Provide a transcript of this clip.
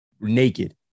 naked